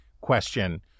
question